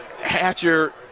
Hatcher